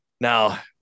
now